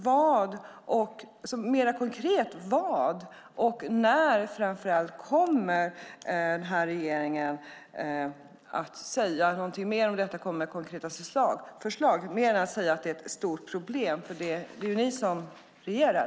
Jag vill höra mer konkret och framför allt veta när regeringen kommer att säga något mer om detta och komma med konkreta förslag - mer än att säga att det är ett stort problem. Det är ju ni som regerar.